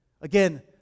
Again